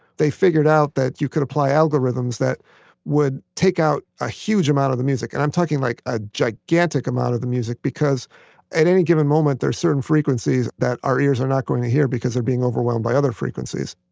they figured out that you could apply algorithms that would take out a huge amount of the music, and i'm talking like a gigantic amount of the music, because at any given moment there are certain frequencies that our ears are not going to hear because they're being overwhelmed by other frequencies